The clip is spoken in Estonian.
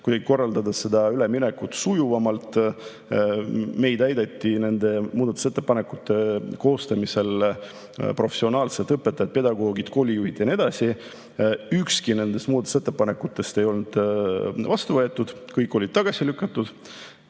oli korraldada seda üleminekut sujuvamalt. Meid aitasid nende muudatusettepanekute koostamisel professionaalsed õpetajad, pedagoogid, koolijuhid ja nii edasi. Ühtegi nendest muudatusettepanekutest ei [arvestatud], kõik lükati tagasi. Nüüd